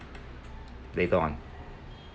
later on